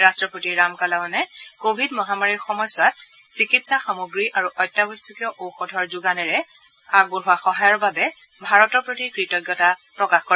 ৰাট্টপতি ৰামকালাৱানে ক'ভিড মহামাৰীৰ সময়ছোৱাত চিকিৎসা সামগ্ৰী আৰু অত্যাৱশ্যকীয় ঔষধৰ যোগানেৰে আগবঢ়োৱা সহায়ৰ বাবে ভাৰতৰ প্ৰতি কৃতজ্ঞতা প্ৰকাশ কৰে